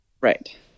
Right